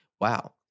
wow